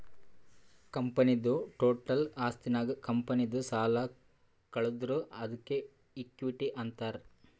ಕಂಪನಿದು ಟೋಟಲ್ ಆಸ್ತಿನಾಗ್ ಕಂಪನಿದು ಸಾಲ ಕಳದುರ್ ಅದ್ಕೆ ಇಕ್ವಿಟಿ ಅಂತಾರ್